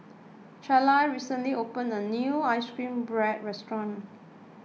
Charla recently opened a new Ice Cream Bread restaurant